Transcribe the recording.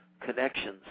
connections